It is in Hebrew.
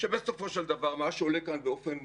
כשבסופו של דבר מה שעולה כאן באופן מובהק,